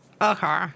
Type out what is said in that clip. okay